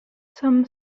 some